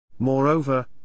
Moreover